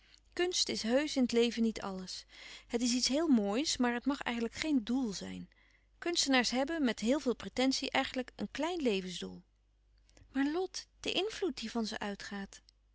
kunst is heusch in het leven niet alles het is iets heel moois maar het mag eigenlijk geen doel zijn kunstenaars hebben met heel veel pretentie eigenlijk een klein levensdoel maar lot de invloed die van ze uitgaat